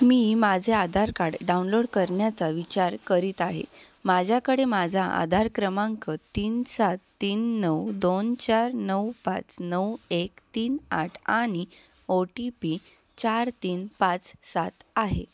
मी माझे Aadhaar card download करण्याचा विचार करीत आहे माझ्याकडे माझा आधार क्रमांक तीन सात तीन नऊ दोन चार नऊ पाच नऊ एक तीन आठ आणि ओ टी पी चार तीन पाच सात आहे